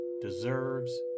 deserves